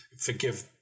Forgive